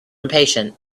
impatient